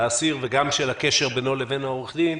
האסירים והקשר בינו לבין עורך הדין.